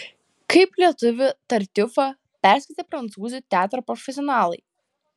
kaip lietuvių tartiufą perskaitė prancūzų teatro profesionalai